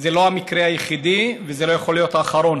זה לא המקרה היחיד וזה לא יכול להיות האחרון,